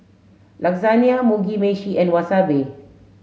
Lasagne Mugi meshi and Wasabi